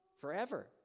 forever